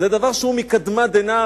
היא דבר שהוא מקדמת דנא,